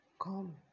come